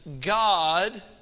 God